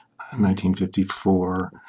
1954